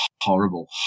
horrible